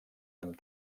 amb